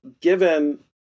given